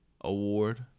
award